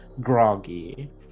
groggy